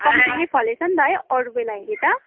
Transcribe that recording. कम्ती नै फलेछ नि त है अरू बेला हेरी त